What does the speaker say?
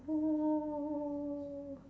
um